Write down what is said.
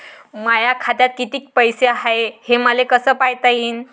माया खात्यात कितीक पैसे हाय, हे मले कस पायता येईन?